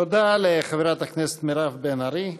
תודה לחברת הכנסת מירב בן ארי,